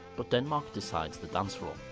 but denmark decides the dancefloor.